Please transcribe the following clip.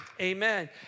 amen